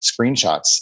screenshots